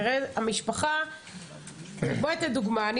בוא אני אתן דוגמא,